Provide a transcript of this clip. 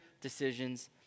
decisions